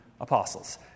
apostles